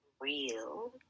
real